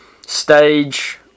stage